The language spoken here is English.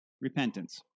Repentance